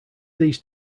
these